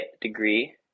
degree